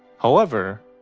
however,